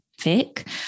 thick